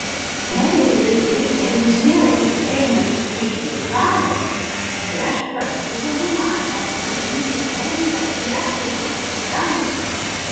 elijui ir eliziejui einant iš gilgalo viešpats buvo numatęs paimti eliją viesulu į dangų